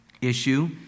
issue